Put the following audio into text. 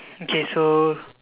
okay so